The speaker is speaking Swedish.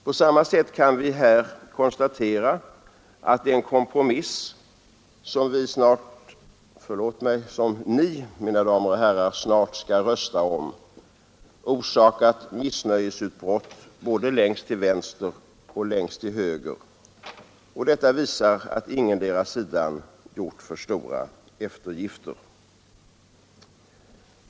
På samma sätt kan vi här konstatera att den kompromiss som vi — förlåt mig, som ni, mina damer och herrar — snart skall rösta om orsakat missnöjesutbrott både längst till vänster och längst till höger, och detta visar att ingendera sidan gjort för stora eftergifter.